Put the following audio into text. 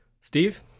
Steve